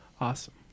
awesome